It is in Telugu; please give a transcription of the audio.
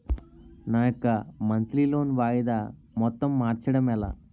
నా యెక్క మంత్లీ లోన్ వాయిదా మొత్తం మార్చడం ఎలా?